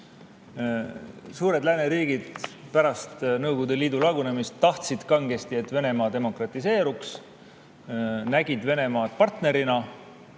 Suured lääneriigid tahtsid pärast Nõukogude Liidu lagunemist kangesti, et Venemaa demokratiseeruks, nägid Venemaad partnerina